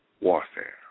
warfare